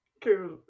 Cool